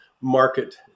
market